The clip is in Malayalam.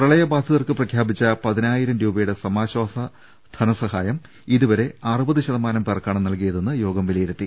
പ്രളയബാധിതർക്ക് പ്രഖ്യാ പിച്ച പതിനായിരം രൂപയുടെ സമാശ്വാസ ധനസഹായം ഇതുവരെ അറു പത് ശതമാനം പേർക്കാണ് നൽകിയതെന്ന് യോഗം വിലയിരുത്തി